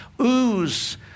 ooze